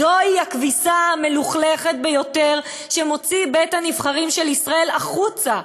זוהי הכביסה המלוכלכת ביותר שמוציא בית-הנבחרים של ישראל החוצה.